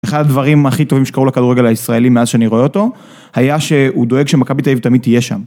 אחד הדברים הכי טובים שקרו לכדורגל הישראלי מאז שאני רואה אותו, היה שהוא דואג שמכבי תל אביב תמיד תהיה שם.